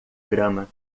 grama